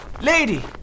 Lady